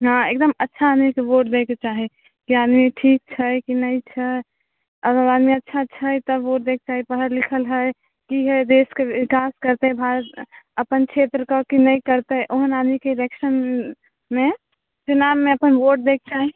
ने एकदम अच्छा आदमीके वोट दयके चाही कि आदमी ठीक छै कि नहि छै अगर ओ आदमी अच्छा छै तऽ वोट दयके चाही पढ़ल लिखल हय कि हय देशके विकास करतै भारत अपन छेत्र कऽ कि नहि करतै ओहन आदमीके इलेक्शन नहि फिलहालमे अपन वोट दयके चाही